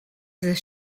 this